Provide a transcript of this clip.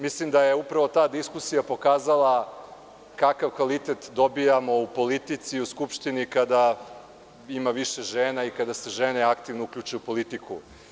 Mislim da je upravo ta diskusija pokazala kakav kvalitet dobijamo u politici, u Skupštini kada ima više žena i kada se žene aktivno uključe u politiku.